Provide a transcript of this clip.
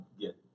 get